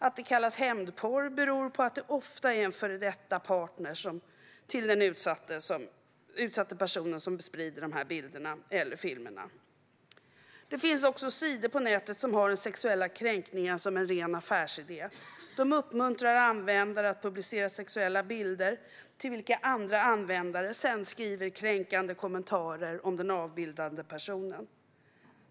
Att det kallas hämndporr beror på att det ofta är före detta partner till den utsatta personen som sprider bilderna eller filmerna. Det finns också sidor på nätet som har sexuell kränkning som ren affärsidé. De uppmuntrar användare att publicera sexuella bilder till vilka andra användare sedan skriver kränkande kommentarer om den avbildade personen.